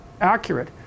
accurate